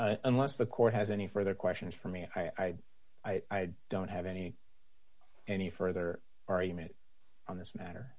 nless the court has any further questions for me and i i don't have any any further argument on this matter